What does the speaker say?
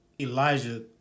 Elijah